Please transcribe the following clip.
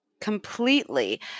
Completely